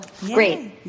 great